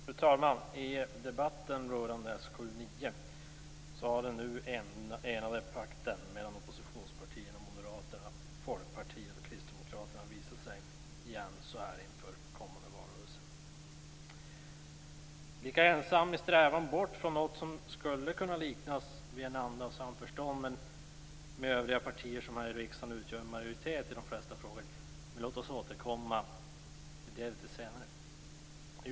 Fru talman! I debatten rörande SkU9 har pakten mellan oppositionspartierna, dvs. Moderaterna, Folkpartiet och Kristdemokraterna, återigen visat sig inför den kommande valrörelsen. De är ensamma i strävan bort från något som skulle kunna liknas vid en anda av samförstånd med övriga partier, som här i riksdagen utgör en majoritet i de flesta frågor. Låt oss återkomma till det litet senare.